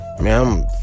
man